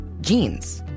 jeans